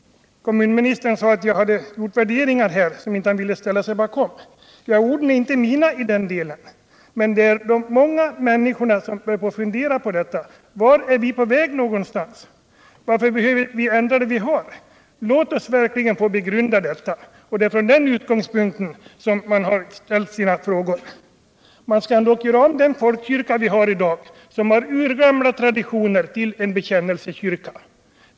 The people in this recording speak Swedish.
Kommunministern sade att jag hade värderingar som han inte ville ställa sig bakom. Orden är inte mina i den delen, men det är många människor som börjar fundera och säga sig: Vart är vi på väg? Varför behöver vi ändra det vi har? Låt oss verkligen få begrunda detta! Varför skall man göra om den folkkyrka som vi har i dag, och som har urgamla traditioner, till en bekännelsekyrka?